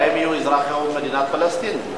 והם יהיו אזרחי מדינת פלסטין.